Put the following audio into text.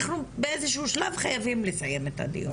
אנחנו באיזשהו שלב חייבים לסיים את הדיון.